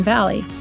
Valley